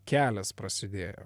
kelias prasidėjo